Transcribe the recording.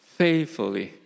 faithfully